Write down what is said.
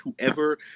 whoever